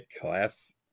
Class